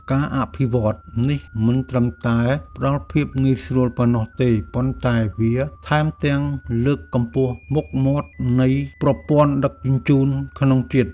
ការអភិវឌ្ឍន៍នេះមិនត្រឹមតែផ្ដល់ភាពងាយស្រួលប៉ុណ្ណោះទេប៉ុន្តែវាថែមទាំងលើកកម្ពស់មុខមាត់នៃប្រព័ន្ធដឹកជញ្ជូនក្នុងជាតិ។